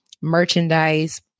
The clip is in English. merchandise